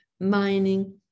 mining